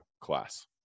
class